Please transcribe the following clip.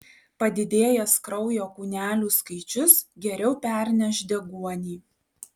padidėjęs kraujo kūnelių skaičius geriau perneš deguonį